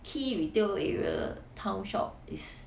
key retail area 的 town shop is